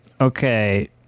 Okay